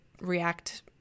react